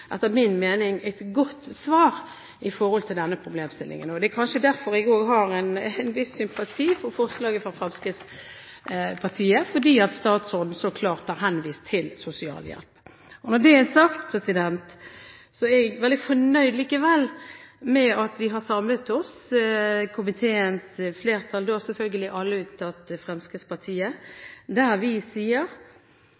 etter min mening, et godt svar, med tanke på denne problemstillingen. Det er kanskje derfor jeg også har en viss sympati for forslaget fra Fremskrittspartiet, fordi statsråden så klart har henvist til sosialhjelp. Når det er sagt, er jeg likevel veldig fornøyd med at vi, komiteens flertall, alle unntatt Fremskrittspartiet, har samlet oss